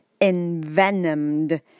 envenomed